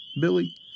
Billy